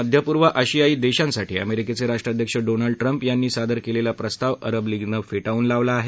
मध्यपूर्व आशियायी देशांसाठी अमेरिकेचे राष्ट्राध्यक्ष डोनाल्ड ट्रम्प यांनी सादर केलेला प्रस्ताव अरब लीगनं फेटाळून लावला आहे